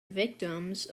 victims